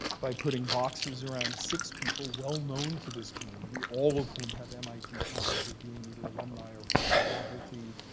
by putting boxes around six people well known to this community, all of whom have mit ties of being either alumni or former faculty,